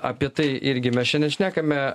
apie tai irgi mes čia šnekame